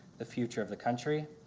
the future of the country,